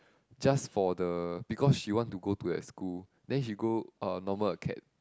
just for the because she want to go to that school then she go uh normal acad